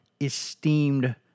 esteemed